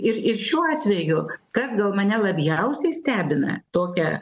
ir ir šiuo atveju kas gal mane labiausiai stebina tokią